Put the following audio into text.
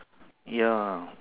ya